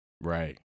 Right